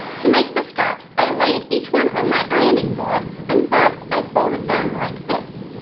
to make the straps, i laid each one on my ironing-board, and first i folded them like this,